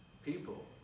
people